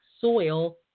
soil